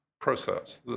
Process